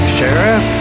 Sheriff